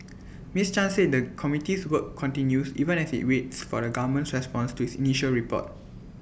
miss chan said the committee's work continues even as IT waits for the government's response to its initial report